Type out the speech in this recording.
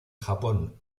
japón